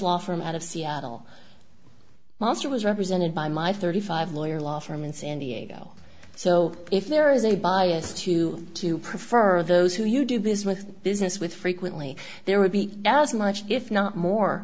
law firm out of seattle monster was represented by my thirty five lawyer law firm in san diego so if there is a bias you to prefer those who you do business business with frequently there would be as much if not more